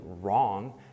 wrong